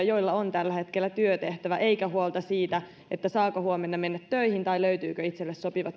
joilla on tällä hetkellä työtehtävä eikä huolta siitä saako huomenna mennä töihin tai löytyykö itselle sopiva